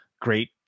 great